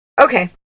okay